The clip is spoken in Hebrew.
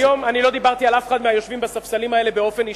היום אני לא דיברתי על אף אחד מהיושבים בספסלים האלה באופן אישי.